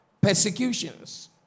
persecutions